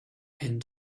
end